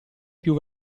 più